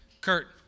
Kurt